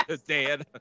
Dan